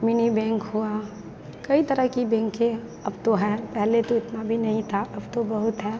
mini bank हुआ कई तरह की बैंक है अब तो हैं पहले तो इतना भी नहीं था अब तो बहुत है